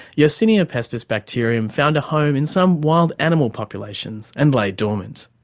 yersinia pestis bacteria found a home in some wild animal populations and lay dormant.